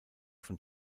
von